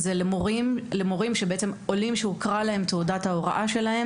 מדובר בעולים שתעודת ההוראה שלהם הוכרה.